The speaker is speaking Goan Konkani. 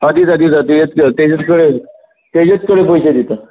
सादी सादी सादी येतल्यो तेजेच कडेन तेजेच कडेन पयशे दिता